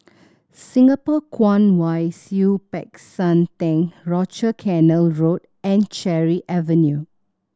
Singapore Kwong Wai Siew Peck San Theng Rochor Canal Road and Cherry Avenue